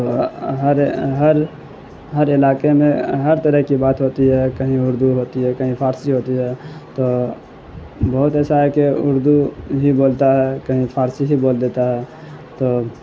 تو ہر ہر ہر علاقے میں ہر طرح کی بات ہوتی ہے کہیں اردو ہوتی ہے کہیں فارسی ہوتی ہے تو بہت ایسا ہے کہ اردو ہی بولتا ہے کہیں فارسی ہی بول دیتا ہے تو